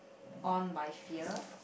on by fear